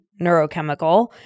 neurochemical